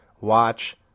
watch